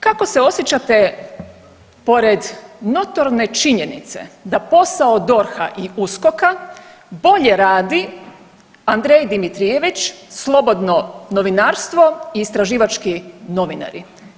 Kako se osjećate pored notorne činjenice da posao DORH-a i USKOK-a bolje radi Andrej Dimitrijević, slobodno novinarstvo i istraživački novinari?